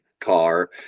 car